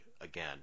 again